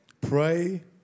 Pray